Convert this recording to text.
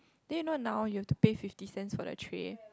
then you know now you have to pay fifty cents for the tray